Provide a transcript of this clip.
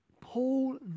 Paul